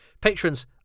Patrons